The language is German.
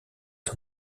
von